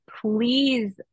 Please